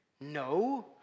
No